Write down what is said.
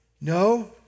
No